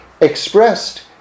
expressed